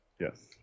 Yes